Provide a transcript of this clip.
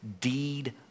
deed